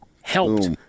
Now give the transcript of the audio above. helped